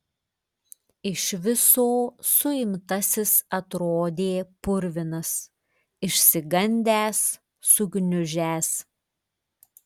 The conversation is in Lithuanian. iš viso suimtasis atrodė purvinas išsigandęs sugniužęs